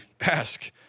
ask